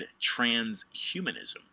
Transhumanism